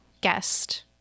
guest